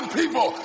people